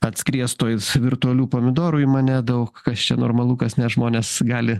atskries tuoj virtualių pomidorų į mane daug kas čia normalu kas ne žmones gali